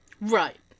right